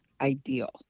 ideal